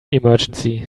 emergency